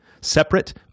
separate